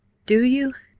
do you,